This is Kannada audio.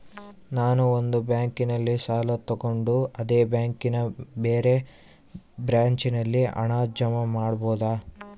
ನಾನು ಒಂದು ಬ್ಯಾಂಕಿನಲ್ಲಿ ಸಾಲ ತಗೊಂಡು ಅದೇ ಬ್ಯಾಂಕಿನ ಬೇರೆ ಬ್ರಾಂಚಿನಲ್ಲಿ ಹಣ ಜಮಾ ಮಾಡಬೋದ?